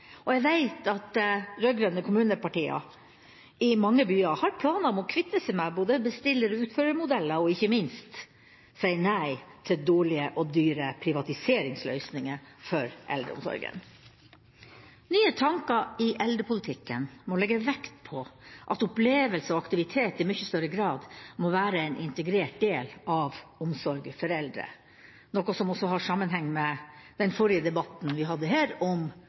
og jeg vet at rød-grønne kommunepartier i mange byer har planer om å kvitte seg med både bestiller–utfører-modeller og ikke minst si nei til dårlige og dyre privatiseringsløsninger for eldreomsorgen. Nye tanker i eldrepolitikken må legge vekt på at opplevelse og aktivitet i mye større grad må være en integrert del av omsorgen for eldre – noe som også henger sammen med den forrige debatten vi hadde her,